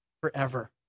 forever